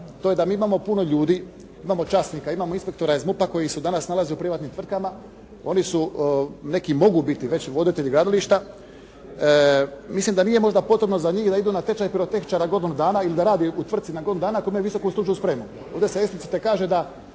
to je da mi imamo puno ljudi, imamo časnika, imamo inspektora iz MUP-a koji se danas nalaze u privatnim tvrtkama. Oni su, neki mogu biti već voditelji gradilišta. Mislim da nije možda potrebno za njih da idu na tečaj pirotehničara godinu dana ili da rade u tvrtci na godinu dana ako imaju visoku stručnu spremu.